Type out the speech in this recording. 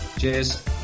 Cheers